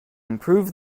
improve